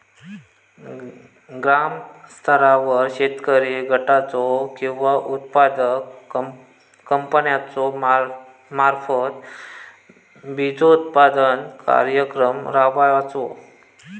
ग्रामस्तरावर शेतकरी गटाचो किंवा उत्पादक कंपन्याचो मार्फत बिजोत्पादन कार्यक्रम राबायचो?